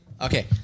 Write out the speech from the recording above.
Okay